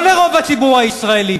לא לרוב הציבור הישראלי,